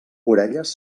orelles